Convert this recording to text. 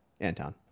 Anton